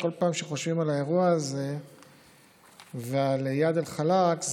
בכל פעם שחושבים על האירוע הזה ועל איאד אלחלאק,